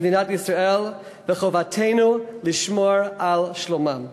במדינת ישראל וחובתנו לשמור על שלומם.